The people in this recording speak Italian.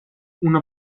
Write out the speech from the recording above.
una